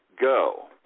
go